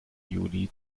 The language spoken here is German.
juli